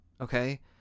Okay